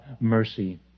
mercy